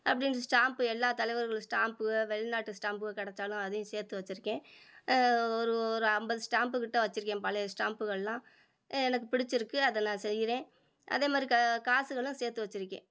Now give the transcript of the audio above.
அப்படின்னு ஸ்டாம்ப்பு எல்லா தலைவர்கள் ஸ்டாம்ப்பு வெளிநாட்டு ஸ்டாம்ப்பு கிடைச்சாலும் அதையும் சேர்த்து வச்சுருக்கேன் ஒரு ஒரு ஐம்பது ஸ்டாம்ப்புக்கிட்ட வச்சுருக்கேன் பழைய ஸ்டாம்ப்புக்களாம் எனக்கு பிடிச்சுருக்கு அதை நான் செய்கிறேன் அதேமாதிரி க காசுகளும் சேர்த்து வெச்சுருக்கேன்